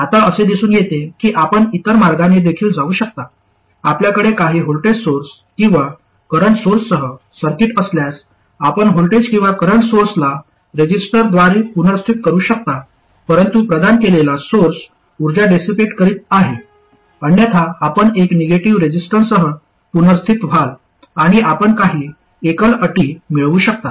आता असे दिसून येते की आपण इतर मार्गाने देखील जाऊ शकता आपल्याकडे काही व्होल्टेज सोर्स किंवा करंट सोर्ससह सर्किट असल्यास आपण व्होल्टेज किंवा करंट सोर्सला रेझिस्टरद्वारे पुनर्स्थित करू शकता परंतु प्रदान केलेला सोर्स उर्जा डेसीपेट करीत आहे अन्यथा आपण एक निगेटिव्ह रेसिस्टन्ससह पुनर्स्थित व्हाल आणि आपण काही एकल अटी मिळवू शकता